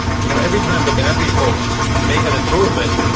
you know every time the battery folks make and improvement,